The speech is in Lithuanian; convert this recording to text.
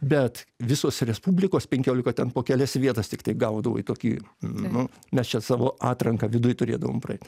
bet visos respublikos penkiolika ten po kelias vietas tiktai gaudavo į tokį nu mes čia savo atranką viduj turėdavom praeit